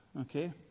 Okay